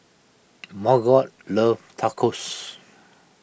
Margot loves Tacos